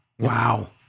Wow